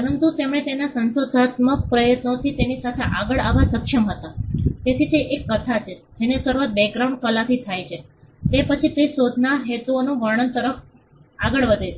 પરંતુ તેમણે તેના સંશોધનાત્મક પ્રયત્નોથી તેની સાથે આગળ આવવા સક્ષમ હતા તેથી તે એક કથા છે જેની શરૂઆત બેક્ગ્રાઉન્ડ કલા થી થાય છે તે પછી તે શોધના હેતુઓના વર્ણન તરફ આગળ વધે